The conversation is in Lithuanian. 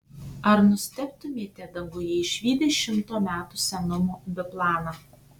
ar nustebtumėte danguje išvydę šimto metų senumo biplaną